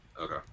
Okay